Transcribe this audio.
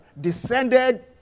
descended